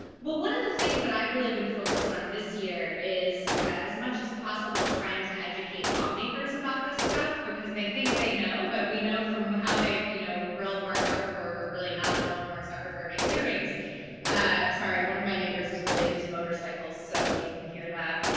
well, one of the things that i've really been focused on this year is as much as possible trying to educate lawmakers about this stuff, because they think they know, but we know from how they've you know grilled mark zuckerberg, or really not grilled mark zuckerberg at hearings sorry. one of my neighbors is really into motorcycles, so if you can hear that, i